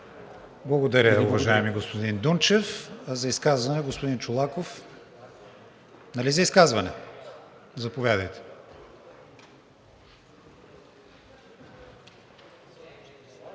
Благодаря Ви, уважаеми господин Дунчев. За изказване – господин Чолаков. Нали за изказване? Заповядайте.